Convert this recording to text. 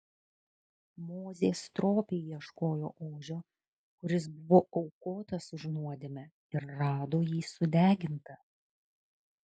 mozė stropiai ieškojo ožio kuris buvo aukotas už nuodėmę ir rado jį sudegintą